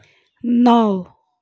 नौ